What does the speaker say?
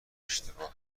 اشتباهه